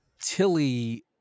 Tilly